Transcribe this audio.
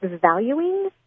valuing